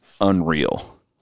unreal